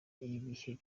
ibihe